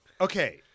okay